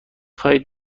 خواهید